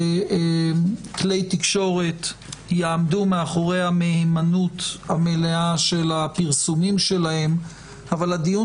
שכלי תקשורת יעמדו מאחורי המהימנות המלאה של הפרסומים שלהם אבל הדיון